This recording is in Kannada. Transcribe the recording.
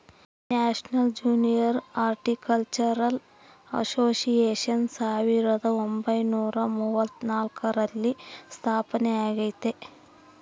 ನ್ಯಾಷನಲ್ ಜೂನಿಯರ್ ಹಾರ್ಟಿಕಲ್ಚರಲ್ ಅಸೋಸಿಯೇಷನ್ ಸಾವಿರದ ಒಂಬೈನುರ ಮೂವತ್ನಾಲ್ಕರಲ್ಲಿ ಸ್ಥಾಪನೆಯಾಗೆತೆ